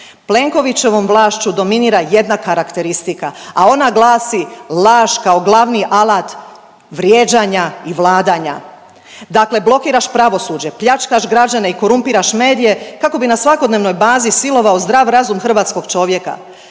Plenkovićevom vlašću dominira jedna karakteristika, a ona glasi laž kao glavni alat vrijeđanja i vladanja. Dakle, blokiraš pravosuđe, pljačkaš građane i korumpiraš medije kako bi na svakodnevnoj bazi silovao zdrav razum hrvatskog čovjeka.